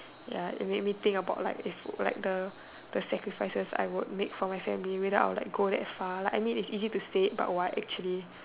ya it made me think about like if would like the the sacrifices I would make for my family whether I would like go that far like I mean it's easy to say it but would I actually